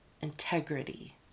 integrity